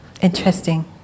Interesting